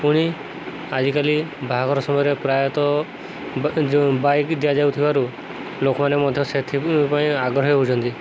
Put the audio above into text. ପୁଣି ଆଜିକାଲି ବାହାଘର ସମୟରେ ପ୍ରାୟତଃ ଯୋଉ ବାଇକ୍ ଦିଆଯାଉଥିବାରୁ ଲୋକମାନେ ମଧ୍ୟ ସେଥିପାଇଁ ଆଗ୍ରହୀ ହେଉଛନ୍ତି